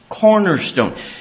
cornerstone